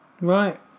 Right